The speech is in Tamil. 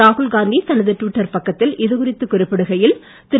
ராகுல்காந்தி தனது ட்விட்டர் பக்கத்தில் இதுகுறித்து குறிப்பிடுகையில் திரு